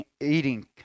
eating